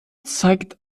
zeigt